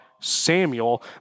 Samuel